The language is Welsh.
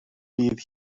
bydd